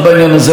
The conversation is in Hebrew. אני מסכים,